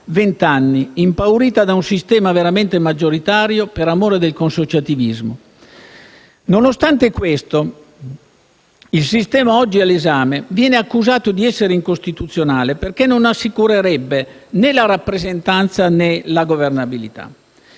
vent'anni, impaurita da un sistema veramente maggioritario per amore del consociativismo. Nonostante questo, il sistema oggi all'esame viene accusato di essere incostituzionale perché non assicurerebbe né la rappresentanza, né la governabilità.